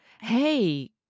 Hey